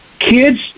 Kids